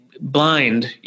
blind